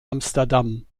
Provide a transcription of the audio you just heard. amsterdam